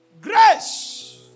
grace